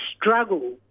struggle